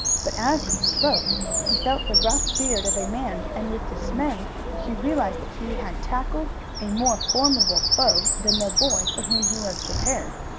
but as he spoke he felt the rough beard of a man, and with dismay he realized that he had tackled a more formidable foe than the boy for whom he was prepared.